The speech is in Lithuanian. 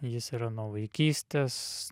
jis yra nuo vaikystės